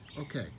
okay